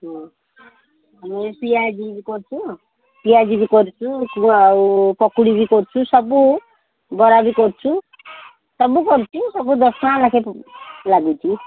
ହଁ ମୁଁ ପିଆଜି ବି କରୁଛୁ ପିଆଜି ବି କରୁଛୁ ଆଉ ପକୁଡ଼ି ବି କରୁଛି ସବୁ ବରା ବି କରୁଛୁ ସବୁ କରୁଛୁ ସବୁ ଦଶ ଟଙ୍କା ଲେଖାଏଁ ଲାଗୁଛି